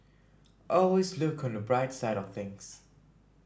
always look on the bright side of things